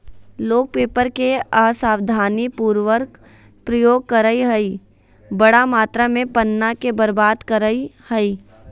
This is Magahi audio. लोग पेपर के असावधानी पूर्वक प्रयोग करअ हई, बड़ा मात्रा में पन्ना के बर्बाद करअ हई